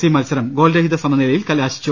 C മത്സരം ഗോൾരഹിത സമനിലയിൽ കലാശിച്ചു